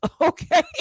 okay